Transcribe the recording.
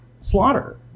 slaughter